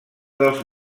dels